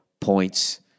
points